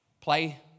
play